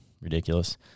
ridiculous